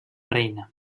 reina